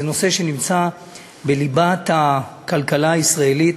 זה נושא שנמצא בליבת הכלכלה הישראלית.